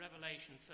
Revelation